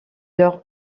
leur